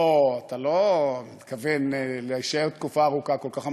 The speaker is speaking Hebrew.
לא, אתה לא מתכוון להישאר תקופה ארוכה כל כך.